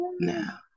now